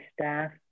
staff